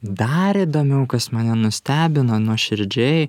dar įdomiau kas mane nustebino nuoširdžiai